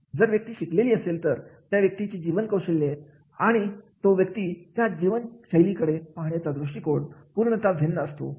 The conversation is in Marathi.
आणि जर व्यक्ती शिकलेली असेल तर त्या व्यक्तीची जीवनशैली आणि तो व्यक्ती त्या जीवनशैली कडे पाहण्याचा दृष्टिकोन पूर्णता भिन्न असतो